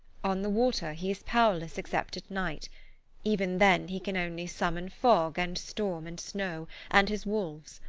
on the water he is powerless except at night even then he can only summon fog and storm and snow and his wolves.